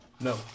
No